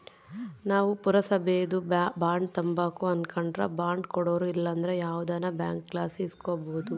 ನಾವು ಪುರಸಬೇದು ಬಾಂಡ್ ತಾಂಬಕು ಅನಕಂಡ್ರ ಬಾಂಡ್ ಕೊಡೋರು ಇಲ್ಲಂದ್ರ ಯಾವ್ದನ ಬ್ಯಾಂಕ್ಲಾಸಿ ಇಸ್ಕಬೋದು